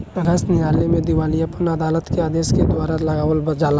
अधिकांश न्यायालय में दिवालियापन अदालत के आदेश के द्वारा लगावल जाला